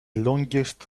longest